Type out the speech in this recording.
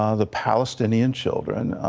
ah the palestinian children,